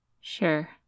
Sure